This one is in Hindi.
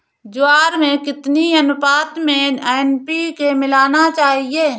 ज्वार में कितनी अनुपात में एन.पी.के मिलाना चाहिए?